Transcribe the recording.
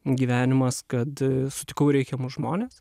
gyvenimas kad sutikau reikiamus žmones